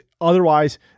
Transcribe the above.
otherwise